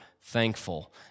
thankful